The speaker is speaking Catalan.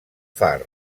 far